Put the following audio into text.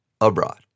Abroad